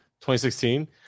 2016